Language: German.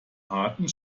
harten